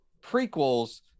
prequels